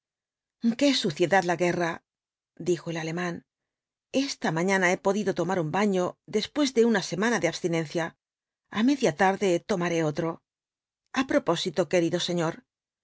qué suciedad la guerra dijo el alemán eista mañana he podido tomar un baño después de una semana de abstinencia á media tarde tomaré otro a los cuatro jinktbs dbl apouai ipsis propósito querido señor